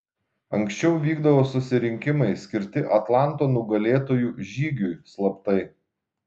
anksčiau vykdavo susirinkimai skirti atlanto nugalėtojų žygiui slaptai